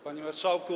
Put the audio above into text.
Panie Marszałku!